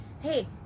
hey